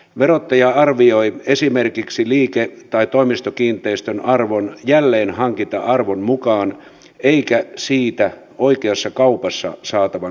verottaja arvioi esimerkiksi liike tai toimistokiinteistön arvon jälleenhankinta arvon mukaan eikä siitä oikeassa kaupassa saatavan hinnan mukaan